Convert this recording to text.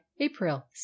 April